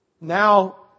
now